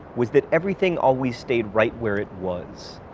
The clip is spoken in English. was that everything always stayed right where it was.